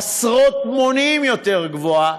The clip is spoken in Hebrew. עשרות מונים יותר גבוהה,